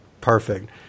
perfect